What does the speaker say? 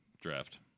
draft